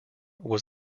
was